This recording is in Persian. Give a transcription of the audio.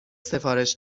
سفارش